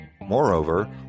Moreover